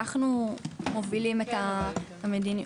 אנחנו מובילים את המדיניות.